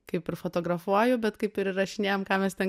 kaip ir fotografuoju bet kaip ir įrašinėjam ką mes ten